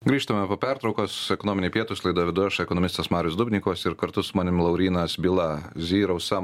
grįžtame po pertraukos ekonominiai pietūs laidą vedu aš ekonomistas marius dubnikovas ir kartu su manim laurynas byla zerosum